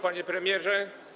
Panie Premierze!